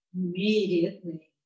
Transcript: immediately